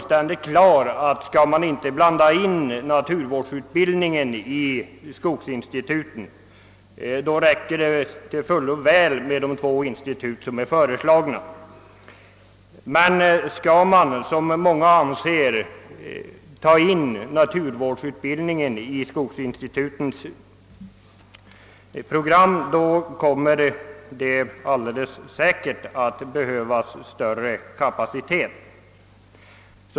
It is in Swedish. En sak är också helt klar, nämligen den att om man inte lägger in naturvårdsutbildning i skogsinstitutens undervisning, så räcker det med de två institut som här föreslagits. Om man däremot anser — som många gör — att naturvårdsutbildningen skall tas in i skogsinstitutens program, så kommer det helt säkert att behövas större utbildningskapacitet.